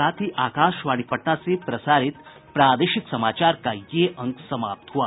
इसके साथ ही आकाशवाणी पटना से प्रसारित प्रादेशिक समाचार का ये अंक समाप्त हुआ